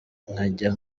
nkajya